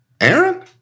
Aaron